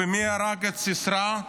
ומי הרג את סיסרא,